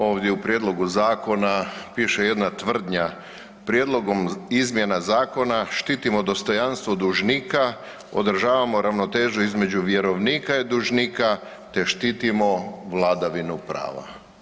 Ovdje u prijedlogu zakona piše jedna tvrdnja, prijedlogom izmjena zakona štitimo dostojanstvo dužnika, održavamo ravnotežu između vjerovnika i dužnika, te štitimo vladavinu prava.